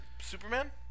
Superman